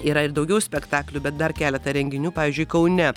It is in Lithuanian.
yra ir daugiau spektaklių bet dar keletą renginių pavyzdžiui kaune